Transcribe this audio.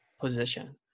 position